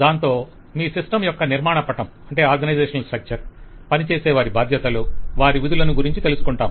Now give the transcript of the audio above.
దాంతో మీ సంస్థ యొక్క నిర్మాణ పటం పనిచేసేవారి బాధ్యతలు వారి విధులను గురించి తెలుసుకుంటాం